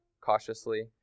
cautiously